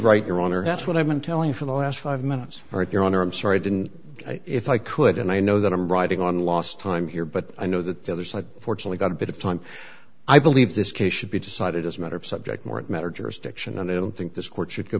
right your honor that's what i've been telling for the last five minutes all right your honor i'm sorry i didn't if i could and i know that i'm riding on last time here but i know that the other side fortunately got a bit of time i believe this case should be decided as a matter of subject matter jurisdiction and i don't think this court should go